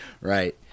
right